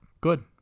Good